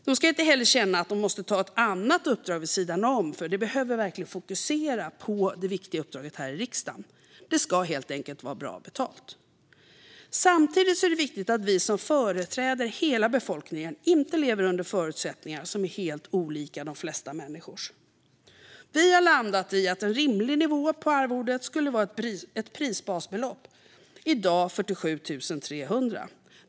De ska inte heller känna att de måste ta andra uppdrag vid sidan om, för de behöver verkligen fokusera på det viktiga uppdraget här i riksdagen. Det ska helt enkelt vara bra betalt. Samtidigt är det viktigt att vi som företräder hela befolkningen inte lever under förutsättningar som är helt olika de flesta människors. Vi har landat i att en rimlig nivå på arvodet skulle vara ett prisbasbelopp, i dag 47 300 kronor.